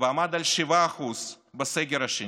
ועמד על 7% בסגר השני.